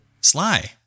Sly